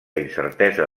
incertesa